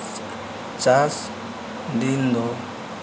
ᱪᱟᱥ ᱫᱤᱱ ᱫᱚ